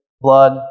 blood